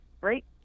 Right